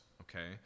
okay